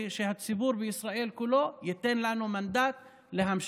ושהציבור בישראל כולו ייתן לנו מנדט להמשיך.